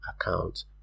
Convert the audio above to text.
account